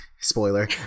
Spoiler